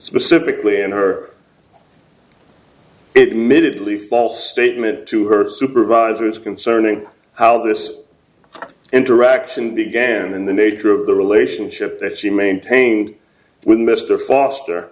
specifically in her it minutely false statement to her supervisors concerning how this interaction began and the nature of the relationship that she maintained with mr foster